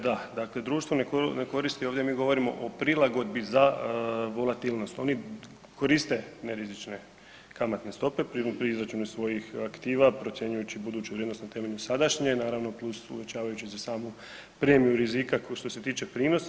Da, dakle društvo ne koristi ovdje mi govorimo o prilagodbi za volatilnost, oni koriste nerizične kamatne stope pri izračunu svojih aktiva procjenjujući buduću vrijednost na temelju sadašnje naravno plus uvećavajući za samu premiju rizika što se tiče prinosa.